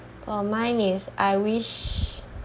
oh mine is I wish